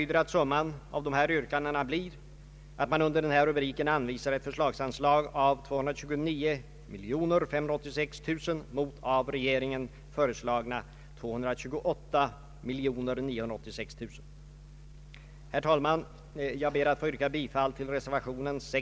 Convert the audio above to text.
De här yrkandena innebär att under denna rubrik bör anvisas ett förslagsanslag av 229586 000 kronor mot av regeringen föreslagna 228 986 000 kronor.